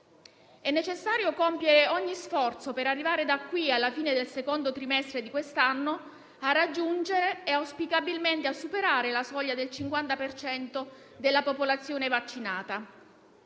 È necessario compiere ogni sforzo per arrivare da qui alla fine del secondo trimestre di quest'anno a raggiungere e auspicabilmente a superare la soglia del 50 per cento della popolazione vaccinata.